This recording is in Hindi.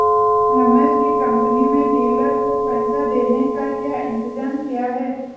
रमेश की कंपनी में डीलर को पैसा देने का क्या इंतजाम किया है?